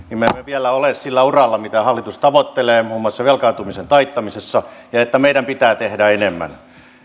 me emme vielä ole sillä uralla mitä hallitus tavoittelee muun muassa velkaantumisen taittamisessa ja että meidän pitää tehdä